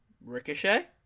Ricochet